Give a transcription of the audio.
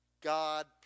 God